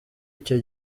icyo